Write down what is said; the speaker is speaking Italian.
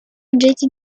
oggetti